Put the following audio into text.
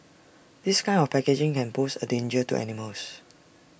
this kind of packaging can pose A danger to animals